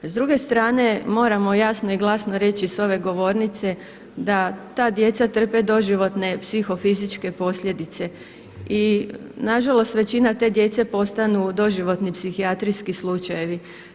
S druge strane moramo jasno i glasno reći s ove govornice da ta djeca trpe doživotne psihofizičke posljedice i nažalost većina te djece postanu doživotni psihijatrijski slučajevi.